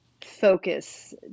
focus